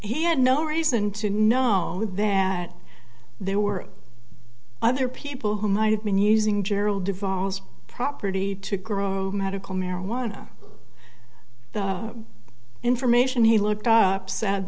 he had no reason to know that there were other people who might have been using gerald evolves property to grow medical marijuana the information he looked up sad